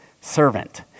servant